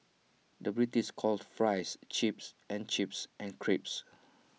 the British calls Fries Chips and Chips Crisps